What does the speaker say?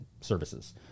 services